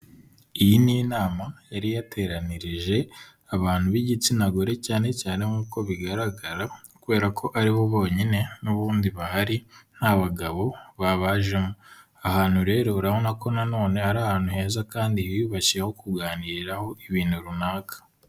Iyi ni inama yari yateranirije abantu b'igitsina gore cyane cyane nk’uko bigaragara kubera ko ari bo bonyine n'ubundi bahari, nta bagabo babajemo. Aha hantu rero urabona ko ari ahantu heza kandi hiyubashye ho kuganiraho ibintu runaka.